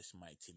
mighty